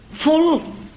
full